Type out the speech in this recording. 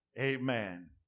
Amen